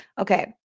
Okay